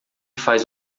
faz